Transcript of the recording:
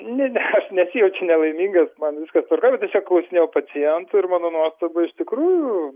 ne ne aš nesijaučiu nelaimingas man viskas tvarkoj bet tiesiog klausinėjau pacientų ir mano nuostabai iš tikrųjų